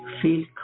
Feel